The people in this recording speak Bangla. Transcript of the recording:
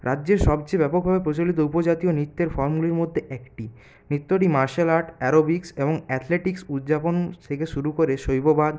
রাজ্যের সবচেয়ে ব্যাপকভাবে প্রচলিত উপজাতি ও নৃত্যের ফর্মগুলির মধ্যে একটি নৃত্যটি মার্শাল আর্ট অ্যারোবিকস এবং অ্যাথলেটিক্স উদযাপন থেকে শুরু করে শৈববাদ